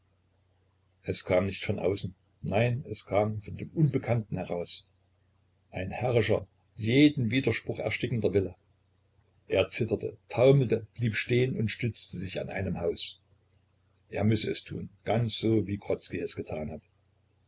es kam nicht von außen nein es kam von dem unbekannten heraus ein herrischer jeden widerspruch erstickender wille er zitterte taumelte blieb stehen und stützte sich an einem haus er müsse es tun ganz so wie grodzki es getan hat